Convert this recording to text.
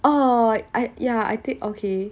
oh I I ya I think okay